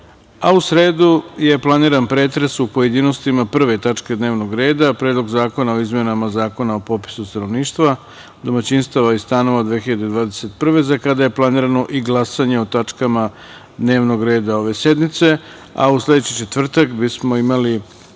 a u sredu je planiran pretres u pojedinostima 1. tačke dnevnog reda – Predlog zakona o izmenama Zakona o popisu stanovništva, domaćinstva i stanova 2021. za kada je planirano i glasanje o tačkama dnevnog reda ove sednice. Sledeće četvrtka bismo imali